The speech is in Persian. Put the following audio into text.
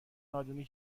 نادونی